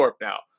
now